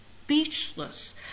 speechless